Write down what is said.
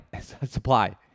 Supply